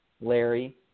Larry